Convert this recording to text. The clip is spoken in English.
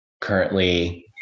currently